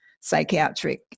psychiatric